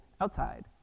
outside